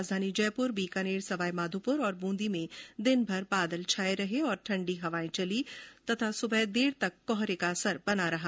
राजधानी जयपुर बीकानेर सवाई माधोपुर और बूंदी में दिनभर बादल छाये रहे और ठंडी हवायें चलीं तथा सुबह देर तक कोहरे का असर बना रहा